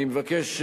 אני מבקש,